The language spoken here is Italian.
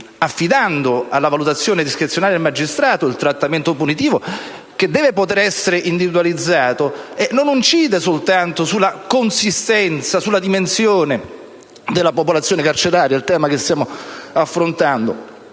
affidando alla valutazione discrezionale del magistrato il trattamento punitivo che deve poter essere individualizzato, incide non soltanto sulla consistenza e la dimensione della popolazione carceraria - il tema che stiamo affrontando